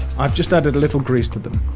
um just added a little grease to them.